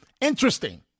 interesting